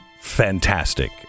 fantastic